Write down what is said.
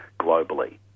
globally